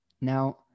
Now